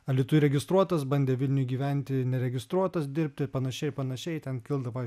alytuj registruotas bandė vilniuj gyventi neregistruotas dirbti ir panašiai ir panašiai ten kildavo